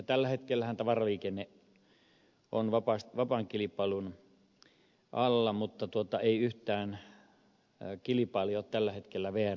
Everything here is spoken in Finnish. tällä hetkellähän tavaraliikenne on vapaan kilpailun alla mutta ei yhtään kilpailijaa ole tällä hetkellä vrlle tullut